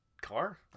car